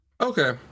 okay